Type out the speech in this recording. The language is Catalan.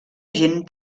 gent